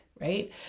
right